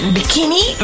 Bikini